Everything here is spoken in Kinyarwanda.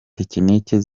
tekiniki